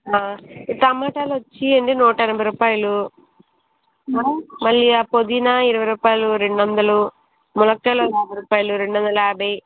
మా టొమాటోలు వచ్చండి నూట ఎనభై రూపాయలు మళ్ళీ ఆ పుదీనా ఇరవై రూపాయలు రెండు వందలు మునక్కాయలు ఒక యాభై రుపాయలు రెండు వందల యాభై